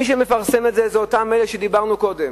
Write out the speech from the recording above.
מי שמפרסם את זה הם אותם אלה שאמרנו קודם,